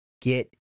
get